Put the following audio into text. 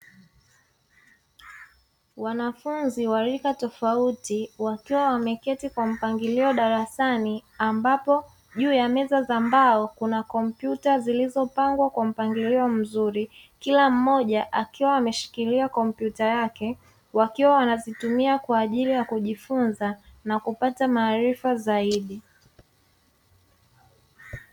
Wanafunzi wa rika tofauti wakiwa wameketi kwa mpangilio darasani ambapo juu ya meza za mbao kuna kompyuta zilizopangwa kwa mpangilio mzuri, kila mmoja akiwa ameshikilia kompyuta yake; wakiwa wanazitumia kwa ajili ya kujifunza na kupata maarifa zaidi.